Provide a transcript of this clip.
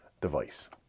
device